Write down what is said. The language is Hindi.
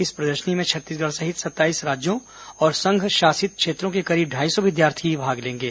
इस प्रदर्शनी में छत्तीसगढ सहित सत्ताईस राज्यों और संघ शासित क्षेत्रों के करीब ढाई सौ विद्यार्थी भाग लेंगे